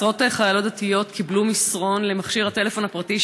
עשרות חיילות דתיות קיבלו מסרון למכשיר הטלפון הפרטי